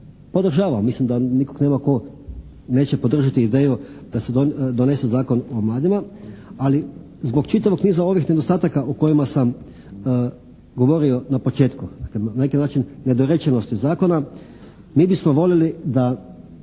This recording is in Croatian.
podržavamo. Mislim da nikog nema tko neće podržati ideju da se donese zakon o mladima, ali zbog čitavog niza ovih nedostataka o kojima sam govorio na početku, na neki način nedorečenosti zakona mi bismo voljeli da